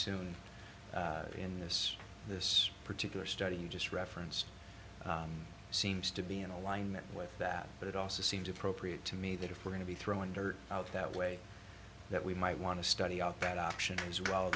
soon in this this particular study you just referenced seems to be in alignment with that but it also seems appropriate to me that if we're going to be throwing dirt out that way that we might want to study out that option as well